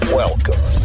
welcome